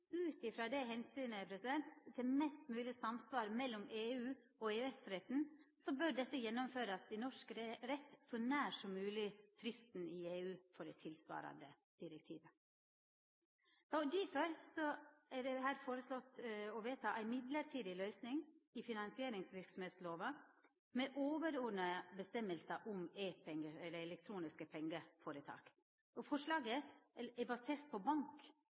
ut frå omsynet til mest mogeleg samsvar mellom EU-retten og EØS-retten bør dette gjennomførast i norsk rett så nær som mogeleg fristen i EU for det tilsvarande direktivet. Derfor er det her foreslått å vedta ei mellombels løysing i finansieringsverksemdslova med overordna avgjerder om elektroniske pengeføretak. Forslaget er basert på